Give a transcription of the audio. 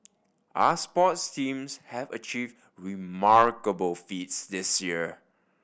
our sports teams have achieved remarkable feats this year